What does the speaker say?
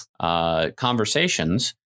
conversations